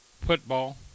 football